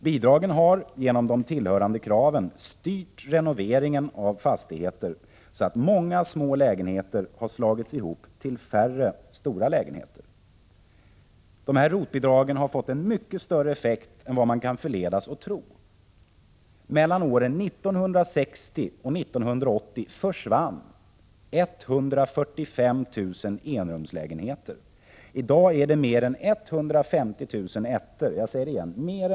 Bidragen har, genom de tillhörande kraven, styrt renoveringen av fastigheter så att många små lägenheter har slagits ihop till färre stora lägenheter. Dessa ROT-bidrag har fått en mycket större effekt än vad man kan förledas att tro. Mellan åren 1960 och 1980 försvann 145 000 enrumslägenheter. I dag är det mer än 150 000 ettor som har försvunnit.